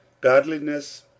Godliness